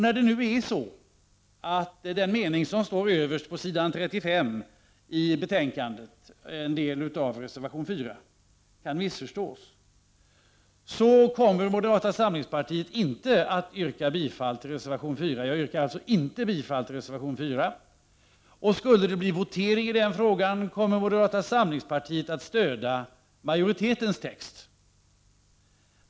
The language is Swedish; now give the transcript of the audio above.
När nu den mening som står överst på s. 35 i betänkandet, en del av reservation 4, kan missförstås, kommer moderata samlingspartiet inte att yrka bifall till reservation 4. Jag yrkar alltså inte bifall till reservation 4. Och skulle det bli votering i denna fråga kommer moderata samlingspartiet att stödja majoritetens text.